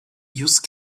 use